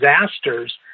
disasters